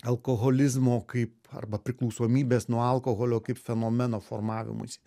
alkoholizmo kaip arba priklausomybės nuo alkoholio kaip fenomeno formavimuisi